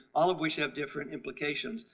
all of which have different implications.